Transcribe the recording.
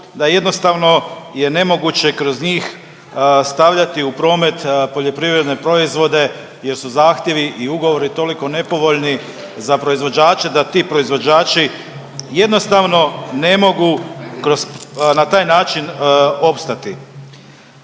da jednostavno je nemoguće kroz njih stavljati u promet poljoprivredne proizvode jer su zahtjevi i ugovori toliko nepovoljni za proizvođače da ti proizvođači jednostavno ne mogu kroz, na taj način opstati.